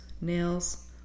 nails